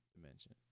dimension